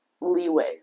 leeway